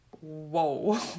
Whoa